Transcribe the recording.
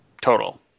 total